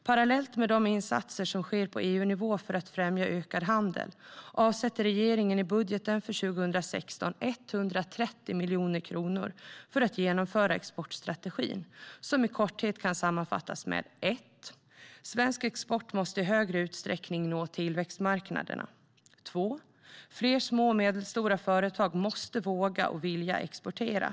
Parallellt med de insatser som sker på EU-nivå för att främja ökad handel avsätter regeringen 130 miljoner i budgeten för 2016 för att genomföra exportstrategin, som i korthet kan sammanfattas på följande sätt. För det första: Svensk export måste i högre utsträckning nå tillväxtmarknaderna. För det andra: Fler små och medelstora företag måste våga och vilja exportera.